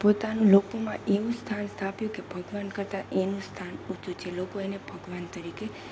પોતાના લોકોમાં એવું સ્થાન સ્થાપ્યું કે ભગવાન કરતાં એનું સ્થાન ઊંચું છે લોકો એને ભગવાન તરીકે